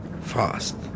fast